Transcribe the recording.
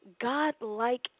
God-like